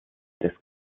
des